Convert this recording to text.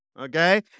Okay